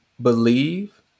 believe